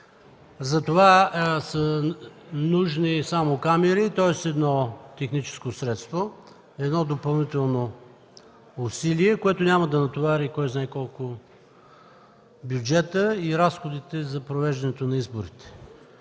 За това са нужни само камери, тоест само едно техническо средство, едно допълнително усилие, което няма да натовари кой знае колко бюджета и разходите за провеждане на изборите.